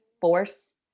force